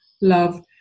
love